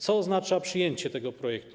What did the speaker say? Co oznacza przyjęcie tego projektu?